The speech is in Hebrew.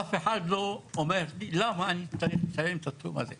אף אחד לא אומר למה אני צריך לשלם את הסכום הזה.